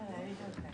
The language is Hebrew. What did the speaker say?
שלום לכולם,